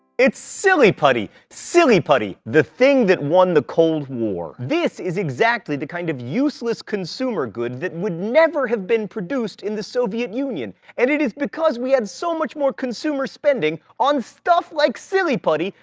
it's silly putty. silly putty the thing that won the cold war. this is exactly the kind of useless consumer good that would never have been produced in the soviet union. and it is because we had so much more consumer spending, on stuff like silly putty,